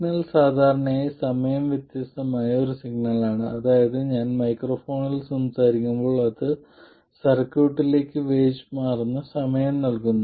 signal സാധാരണയായി സമയം വ്യത്യസ്തമായ ഒരു സിഗ്നലാണ് അതായത് ഞാൻ മൈക്രോഫോണിൽ സംസാരിക്കുമ്പോൾ അത് സർക്യൂട്ടിലേക്ക് വേജ് മാറുന്ന സമയം നൽകുന്നു